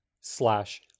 slash